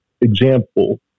example